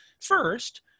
First